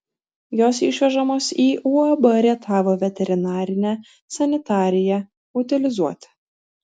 jos išvežamos į uab rietavo veterinarinę sanitariją utilizuoti